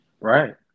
Right